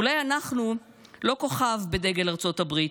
אולי אנחנו לא כוכב בדגל ארצות הברית,